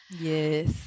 Yes